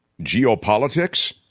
geopolitics